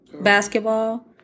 basketball